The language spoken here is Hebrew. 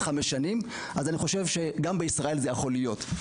חמש שנים אז אני חושב שגם בישראל זה יכול להיות.